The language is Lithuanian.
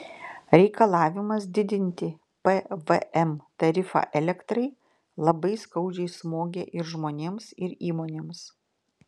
reikalavimas didinti pvm tarifą elektrai labai skaudžiai smogė ir žmonėms ir įmonėms